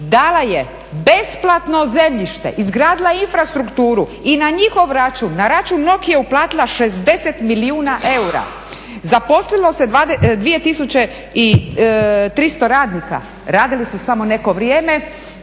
dala je besplatno zemljište, izgradila infrastrukturu i na njihov račun, na račun Nokie uplatila 60 milijuna eura. Zaposlilo se 2300 radnika, radili su samo neko vrijeme,